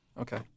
Okay